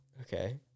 Okay